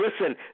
listen